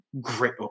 great